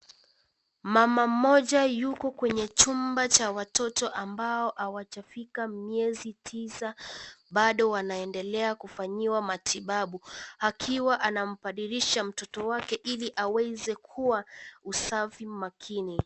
Mama mmoja yuko kwenye chumba cha watoto ambao hawajafika miezi tisa, bado wanaendelea kufanyiwa matibabu. Akiwa anampadilisha mtoto wake ili aweze kuwa usafi makini.